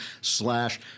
slash